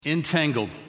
Entangled